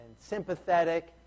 sympathetic